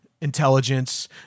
intelligence